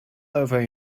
over